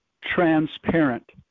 transparent